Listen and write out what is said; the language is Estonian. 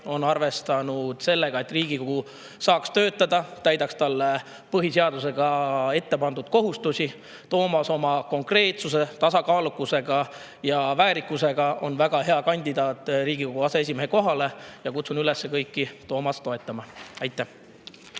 on arvestanud sellega, et Riigikogu saaks töötada ja täidaks talle põhiseadusega pandud kohustusi. Toomas oma konkreetsuse, tasakaalukuse ja väärikusega on väga hea kandidaat Riigikogu aseesimehe kohale. Kutsun üles kõiki Toomast toetama. Aitäh!